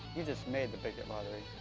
you just made the bigot lottery.